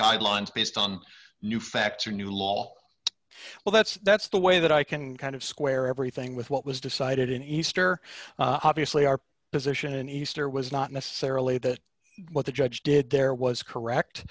guidelines based on new facts or new law well that's that's the way that i can kind of square everything with what was decided in easter obviously our position in easter was not necessarily that what the judge did there was correct